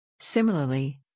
Similarly